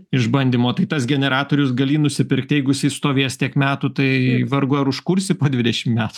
išbandymo tai tas generatorius gali jį nusipirkti jeigu jisai stovės tiek metų tai vargu ar užkursi po dvidešim metų